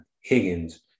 Higgins